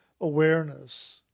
awareness